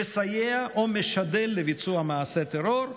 מסייע או משדל לביצוע מעשה טרור,